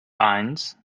eins